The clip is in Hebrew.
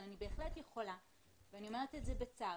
אני אומרת בצער,